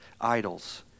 idols